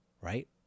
right